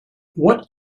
what